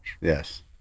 Yes